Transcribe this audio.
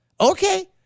okay